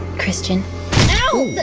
christian ow!